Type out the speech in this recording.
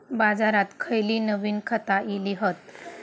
बाजारात खयली नवीन खता इली हत?